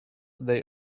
they